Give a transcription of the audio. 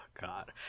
God